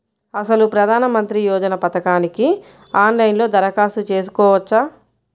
అసలు ప్రధాన మంత్రి యోజన పథకానికి ఆన్లైన్లో దరఖాస్తు చేసుకోవచ్చా?